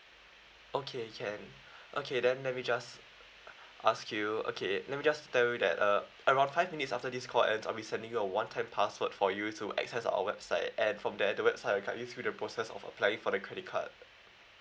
okay can okay then let me just ask you okay let me just tell you that uh around five minutes after this call ends I'll be sending you a one time password for you to access our website and from there the website I'll guide you through the process of applying for the credit card